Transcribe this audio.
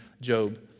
Job